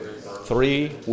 Three